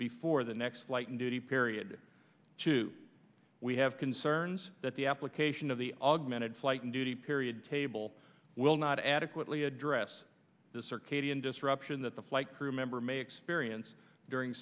before the next flight and duty period two we have concerns that the application of the augmented flight and duty period table will not adequately address the circadian disruption that the flight crew member may experience during